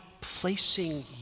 placing